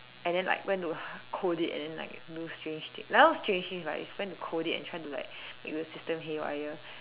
and then like went to code it and then like do strange thing like not strange thing like it was trying to code it and try to like make the system haywire